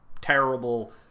terrible